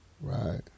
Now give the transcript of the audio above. Right